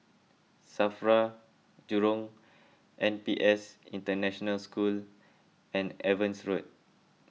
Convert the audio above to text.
Safra Jurong N P S International School and Evans Road